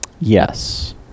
Yes